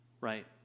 right